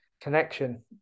connection